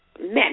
men